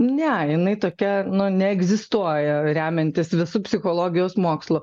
ne jinai tokia nu neegzistuoja remiantis visu psichologijos mokslu